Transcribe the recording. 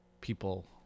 people